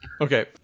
Okay